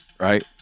Right